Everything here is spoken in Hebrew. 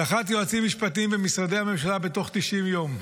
הדחת יועצים משפטיים במשרדי הממשלה בתוך 90 יום,